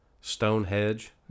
Stonehenge